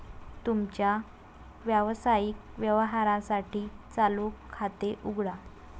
तुमच्या व्यावसायिक व्यवहारांसाठी चालू खाते उघडा